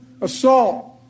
assault